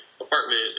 apartment